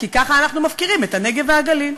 כי ככה אנחנו מפקירים את הנגב והגליל,